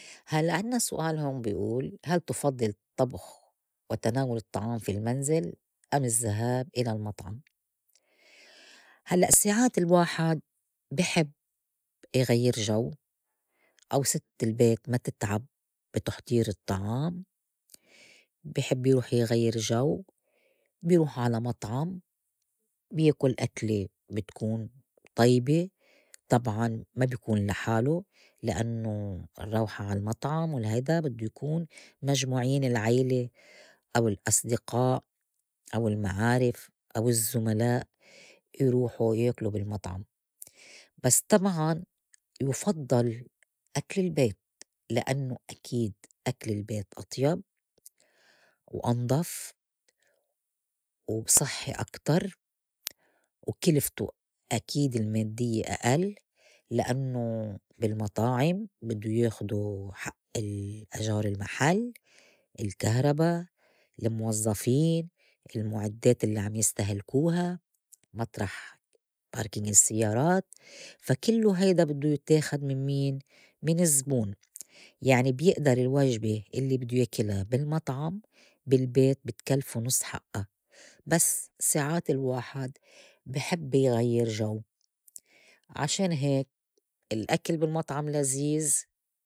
هلّأ عنّا سؤال هون بي ئول هل تفضّل الطّبخ وتناول الطعام في المنزل أم الذّهاب إلى المطعم؟ هلّأ ساعات الواحد بي حب يغيّر جو أو ست البيت ما تتعب بتحضير الطعام بي حب يروح يغيّر جو بي روح على مطعم بياكل أكلة بتكون طيبة طبعاً ما بكون لحالوا لأنوا الرّوحة عالمطعم ولهيدا بدّو يكون مجموعين العيلة أو الأصدقاء أو المعارف أو الزملاء يروحوا ياكلوا بالمطعم، بس طبعاً يُفضّل أكل البيت لأنوا أكيد أكل البيت أطيب، و أنضف، وصحّي أكتر، وكلفته أكيد الماديّة أئل، لأنوا بالمطاعم بدّو ياخدوا حق الأجار المحل، الكهربا، الموظّفين، المُعدّات الّي عم يستهلكوها مطرح باركينغ السيّارات، فا كّلو هيدا بدّو يتّاخد من مين؟ من الزبون يعني بيئدر الوجبة اللّي بدو ياكلا بالمطعم بالبيت بتكلفه نص حقّا بس ساعات الواحد بي حب يغيّر جو عشان هيك الأكل بالمطعم لزيز.